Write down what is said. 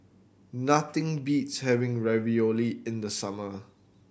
nothing beats having Ravioli in the summer